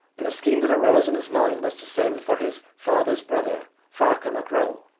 and the scheme that arose in his mind was to send for his father's brother, ferchar mac ro,